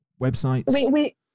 websites